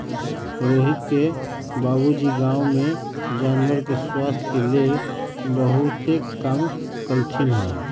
रोहित के बाबूजी गांव में जानवर के स्वास्थ के लेल बहुतेक काम कलथिन ह